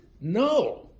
No